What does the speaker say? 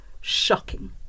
shocking